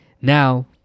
Now